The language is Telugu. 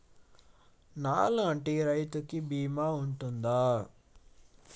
నా లాంటి రైతు కి బీమా ఉంటుందా?